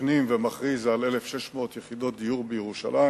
הפנים ומכריז על 1,600 יחידות דיור בירושלים.